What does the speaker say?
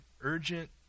urgent